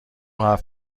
حرف